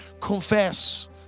confess